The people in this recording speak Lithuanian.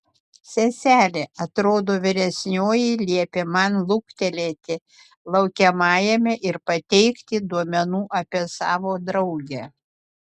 seselė atrodo vyresnioji liepė man luktelėti laukiamajame ir pateikti duomenų apie savo draugę